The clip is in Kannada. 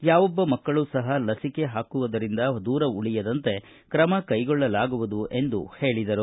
ಯಾವೊಬ್ಬ ಮಕ್ಕಳು ಸಹ ಲಸಿಕೆ ಹಾಕುವುದರಿಂದ ದೂರ ಉಳಿಯದಂತೆ ಕ್ರಮ ಕೈಗೊಳ್ಳಲಾಗುವುದು ಎಂದು ಹೇಳದರು